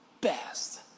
best